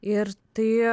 ir tai